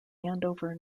andover